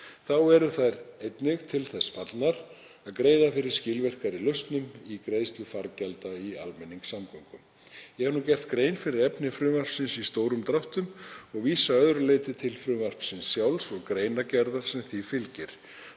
Þá eru þær til þess fallnar að greiða fyrir skilvirkari lausnum í greiðslu fargjalda í almenningssamgöngum. Ég hef nú gert grein fyrir efni frumvarpsins í stórum dráttum og vísa að öðru leyti til frumvarpsins sjálfs og greinargerðar sem því fylgir.